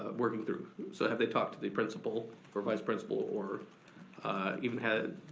ah working through. so have they talked to the principal or vice principal or even had,